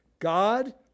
God